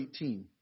18